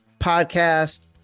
Podcast